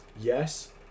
yes